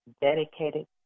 dedicated